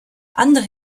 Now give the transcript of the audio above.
andere